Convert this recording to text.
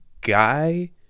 guy